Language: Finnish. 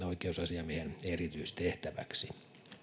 oikeusasiamiehen erityistehtäväksi